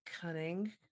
cunning